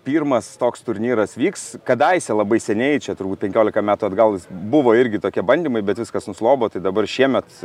pirmas toks turnyras vyks kadaise labai seniai čia turbūt penkiolika metų atgal jis buvo irgi tokie bandymai bet viskas nuslopo tai dabar šiemet